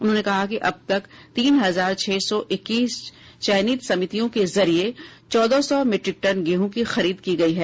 उन्होंने कहा कि अब तक तीन हजार छह सौ इक्कीस चयनित समितियों के जरिए चौदह सौ मीट्रिक टन गेहूं की खरीद की गई है